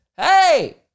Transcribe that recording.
Hey